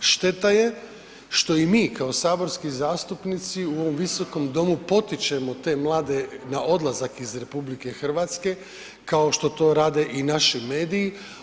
Šteta je što i mi kao saborski zastupnici u ovom visokom domu potičemo te mlade na odlazak iz RH kao što to rade i naši mediji.